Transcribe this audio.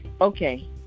okay